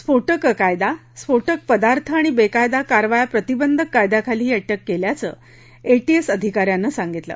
स्फोटकं कायदा स्फोटक पदार्थ आणि बेकायदा कारवाया प्रतिबंधक कायदयाखाली ही अटक केल्याचं एटीएस अधिकाऱ्यानं सांगितलं